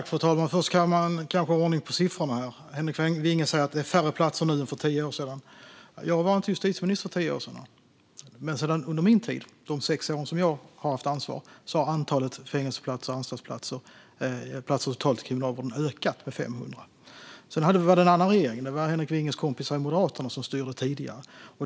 Fru talman! För det första kanske man ska ha ordning på siffrorna. Henrik Vinge säger att det är färre platser nu än för tio år sedan. Jag var inte justitieminister för tio år sedan, men under de sex år som jag har haft ansvaret har antalet fängelse och anstaltsplatser totalt inom Kriminalvården ökat med 500. Det var en annan regering, med Henrik Vinges kompisar i Moderaterna, som styrde tidigare.